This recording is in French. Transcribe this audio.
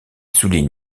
souligne